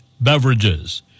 beverages